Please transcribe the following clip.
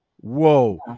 Whoa